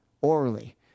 orally